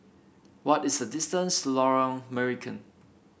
what is the distance to Lorong Marican